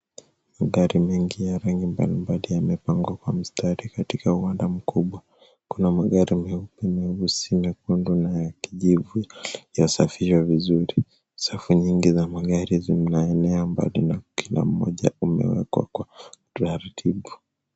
Gari mingi ya rangi mbalimbali imepangwa kwa mstari katika uwanja mkuu. Kuna magari mengi